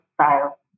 style